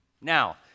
Now